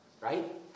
right